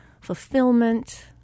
fulfillment